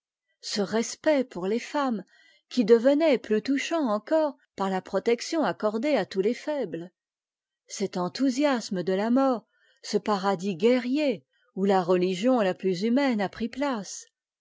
ce respeçt'pour les femmes qui devenait plus touchant encore par la protection accordée à tous tes faim es cet enthousiasme de ta mort ce paradis guerrier où ta retigion ta plus humaine a pris place